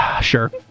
Sure